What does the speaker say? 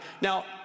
Now